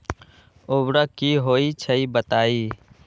उर्वरक की होई छई बताई?